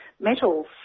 Metals